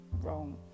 wrong